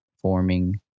forming